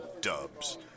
Dubs